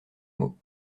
mots